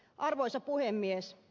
arvoisa puhemies